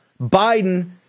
Biden